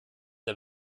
der